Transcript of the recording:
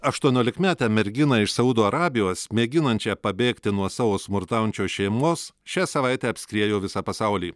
aštuoniolikmetę merginą iš saudo arabijos mėginančią pabėgti nuo savo smurtaujančios šeimos šią savaitę apskriejo visą pasaulį